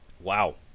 Wow